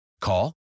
Call